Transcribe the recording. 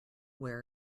where